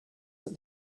that